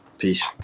Peace